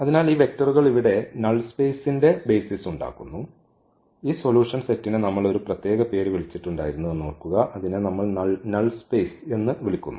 അതിനാൽ ഈ വെക്റ്ററുകൾ ഇവിടെ നൾ സ്പേസ് ന്റെ ബെയ്സിസ് ഉണ്ടാക്കുന്നു ഈ സൊലൂഷൻ സെറ്റിനെ നമ്മൾ ഒരു പ്രത്യേക പേര് വിളിച്ചിട്ടുണ്ടായിരുന്നു എന്നോർക്കുക അതിനെ നമ്മൾ നൾ സ്പേസ് എന്ന് വിളിക്കുന്നു